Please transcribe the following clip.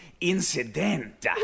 Incident